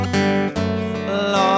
Lord